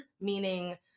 meaning